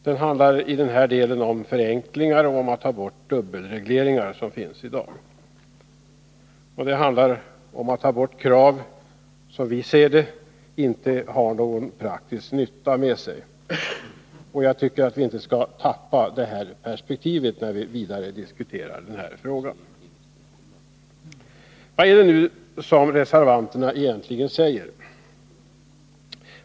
Den handlar i den delen om förenklingar och om att ta bort dubbelregleringar som finns i dag. Den handlar om att ta bort krav vilka, som vi ser det, inte medför någon praktisk nytta. Jag tycker att vi inte skall tappa det perspektivet när vi diskuterar den här frågan vidare. Vad är det nu som reservanterna egentligen säger?